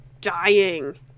dying